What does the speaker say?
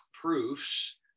proofs